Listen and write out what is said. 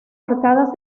arcadas